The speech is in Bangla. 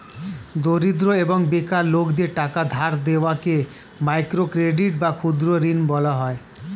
দরিদ্র এবং বেকার লোকদের টাকা ধার দেওয়াকে মাইক্রো ক্রেডিট বা ক্ষুদ্র ঋণ বলা হয়